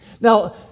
Now